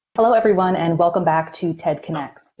hello everyone, and welcome back to tedconnects.